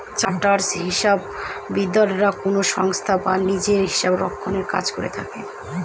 chartered হিসাববিদরা কোনো সংস্থায় বা নিজে হিসাবরক্ষনের কাজ করে থাকেন